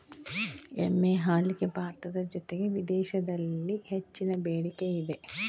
ಎಮ್ಮೆ ಹಾಲಿಗೆ ಭಾರತದ ಜೊತೆಗೆ ವಿದೇಶಿದಲ್ಲಿ ಹೆಚ್ಚಿನ ಬೆಡಿಕೆ ಇದೆ